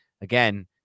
again